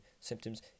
symptoms